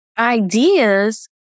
ideas